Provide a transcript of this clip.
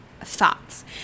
thoughts